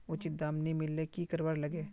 उचित दाम नि मिलले की करवार लगे?